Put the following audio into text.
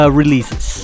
releases